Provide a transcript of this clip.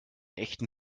echten